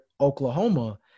Oklahoma